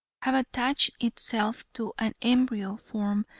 have attached itself to an embryo form,